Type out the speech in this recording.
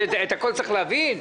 שאת הכול צריך להבין.